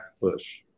push